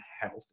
health